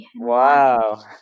Wow